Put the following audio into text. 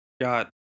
got